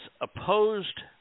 opposed